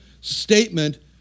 statement